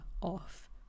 off